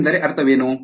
ಹಾಗೆಂದರೆ ಅರ್ಥವೇನು